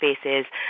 spaces